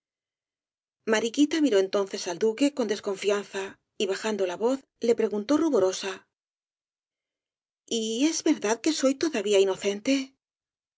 mariquita miró entonces al duque con desconfianza y bajando la voz le preguntó ruborosa y es verdad que soy todavía inocente